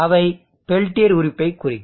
அவை பெல்டியர் உறுப்பைக் குறிக்கும்